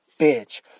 bitch